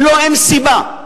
אם לא, אין סיבה,